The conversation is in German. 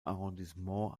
arrondissement